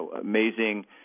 amazing